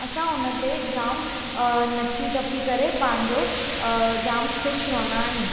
असां हुन ते जाम नची टिपी करे पंहिंजो जाम ख़ुशि रहंदा आहियूं